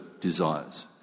desires